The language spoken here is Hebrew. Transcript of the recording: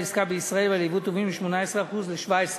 עסקה בישראל ועל יבוא טובין מ-18% ל-17%.